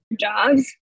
jobs